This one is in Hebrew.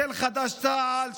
של חד"ש-תע"ל,